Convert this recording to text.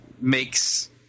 makes